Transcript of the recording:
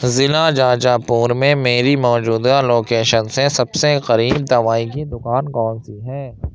ضلع جاجا پور میں میری موجودہ لوکیشن سے سب سے قریب دوائی کی دکان کون سی ہے